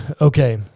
okay